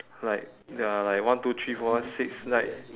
like there are like one two three four six like